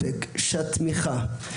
--- שמאפשרת לעולה חדש להשתמש בוויזה.